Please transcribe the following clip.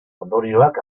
ondorioak